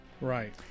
Right